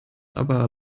aber